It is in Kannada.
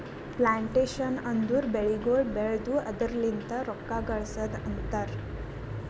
ಪ್ಲಾಂಟೇಶನ್ ಅಂದುರ್ ಬೆಳಿಗೊಳ್ ಬೆಳ್ದು ಅದುರ್ ಲಿಂತ್ ರೊಕ್ಕ ಗಳಸದ್ ಅಂತರ್